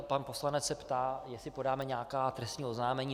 Pan poslanec se ptá, jestli podáme nějaká další trestní oznámení.